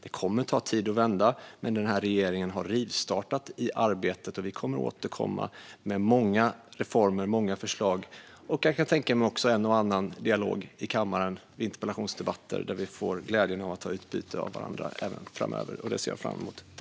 Det kommer att ta tid att vända, men den här regeringen har rivstartat arbetet. Vi kommer att återkomma med många reformer och förslag och också, kan jag tänka mig, en och annan dialog i kammaren under interpellationsdebatter, där vi även framöver får glädjen att ha utbyte av varandra. Det ser jag fram emot!